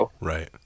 Right